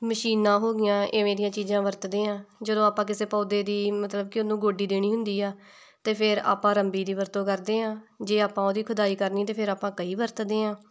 ਮਸ਼ੀਨਾਂ ਹੋ ਗਈਆਂ ਇਵੇਂ ਦੀਆਂ ਚੀਜ਼ਾਂ ਵਰਤਦੇ ਹਾਂ ਜਦੋਂ ਆਪਾਂ ਕਿਸੇ ਪੌਦੇ ਦੀ ਮਤਲਬ ਕਿ ਉਹਨੂੰ ਗੋਡੀ ਦੇਣੀ ਹੁੰਦੀ ਆ ਅਤੇ ਫਿਰ ਆਪਾਂ ਰੰਬੀ ਦੀ ਵਰਤੋਂ ਕਰਦੇ ਹਾਂ ਜੇ ਆਪਾਂ ਉਹਦੀ ਖੁਦਾਈ ਕਰਨੀ ਤਾਂ ਫਿਰ ਆਪਾਂ ਕਹੀ ਵਰਤਦੇ ਹਾਂ